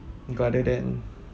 rather than